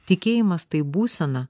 tikėjimas tai būsena